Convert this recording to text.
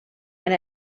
and